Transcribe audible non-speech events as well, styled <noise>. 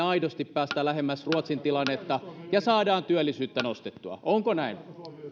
<unintelligible> aidosti pääsemme lähemmäs ruotsin tilannetta ja saamme työllisyyttä nostettua onko näin